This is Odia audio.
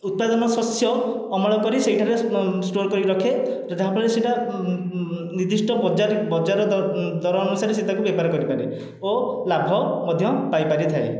ଉତ୍ପାଦନ ଶସ୍ୟ ଅମଳ କରି ସେଇଠାରେ ଷ୍ଟୋର କରିକି ରଖେ ଯାହାଫଳରେ ସେଇଟା ନିର୍ଦ୍ଧିଷ୍ଟ ବଜାର ବଜାର ଦର ଅନୁସାରେ ସେ ତାକୁ ବେପାର କରିପାରେ ଓ ଲାଭ ମଧ୍ୟ ପାଇପାରିଥାଏ